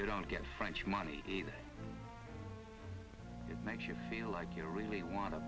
you don't get french money either it makes you feel like you really want to